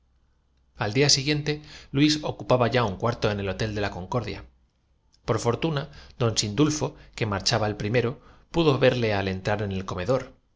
al día siguiente luís ocupaba ya un cuarto en el sentaba con una pierna de palo y unas barbas de chivo hotel de la concordia por fortuna don sindulfo que sirviendo de cicerone como envuelto en los andrajos marchaba el primero pudo verle al entrar en el come